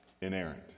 inerrant